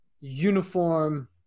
uniform